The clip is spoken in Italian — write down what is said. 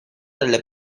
delle